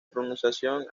pronunciación